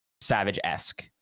Savage-esque